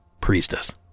priestess